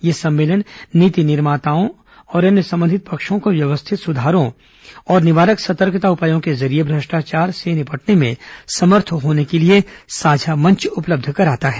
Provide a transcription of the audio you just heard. यह सम्मेलन नीति निर्माताओं और अन्य संबंधित पक्षों सुधारों और निवारक सतर्कता उपायों के जरिये भ्रष्टाचार से निपटने में समर्थ होने के लिए को व्यवस्थित साझा मंच उपलब्ध कराता है